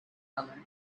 color